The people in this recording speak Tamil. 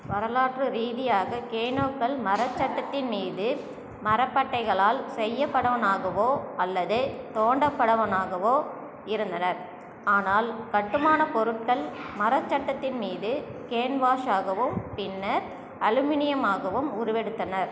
வரலாற்று ரீதியாக கேனோக்கள் மரச் சட்டத்தின் மீது மரப்பட்டைகளால் செய்யப்படனவாகவோ அல்லது தோண்டப்படனவாகவோ இருந்தனர் ஆனால் கட்டுமானப் பொருட்கள் மரச் சட்டத்தின் மீது கேன்வாஸாகவும் பின்னர் அலுமினியமாகவும் உருவெடுத்தனர்